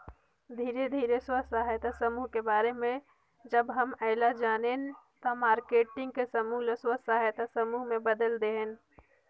धीरे धीरे स्व सहायता समुह के बारे में जब हम ऐला जानेन त मारकेटिंग के समूह ल स्व सहायता समूह में बदेल देहेन